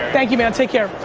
thank you, man, take care!